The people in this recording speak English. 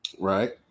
Right